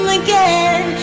again